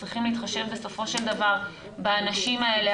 צריכים להתחשב בסופו של דבר באנשים האלה,